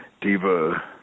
Diva